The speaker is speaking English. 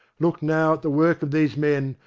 look now at the work of these men,